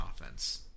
offense